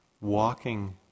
walking